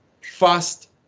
fast